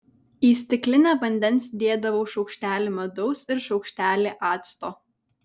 į stiklinę vandens dėdavau šaukštelį medaus ir šaukštelį acto